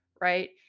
Right